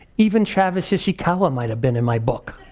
even travis ishikowa might have been in my book.